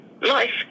life